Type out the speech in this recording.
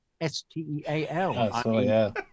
S-T-E-A-L